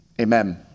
Amen